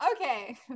okay